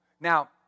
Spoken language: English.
Now